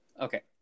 Okay